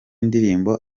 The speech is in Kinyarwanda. ndirimbo